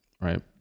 right